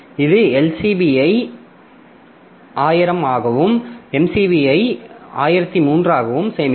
இது LSB ஐ 1000 ஆகவும் MSB ஐ 1003 ஆகவும் சேமிக்கும்